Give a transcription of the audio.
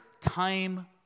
Time